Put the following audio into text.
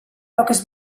poques